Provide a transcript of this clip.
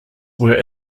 were